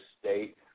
state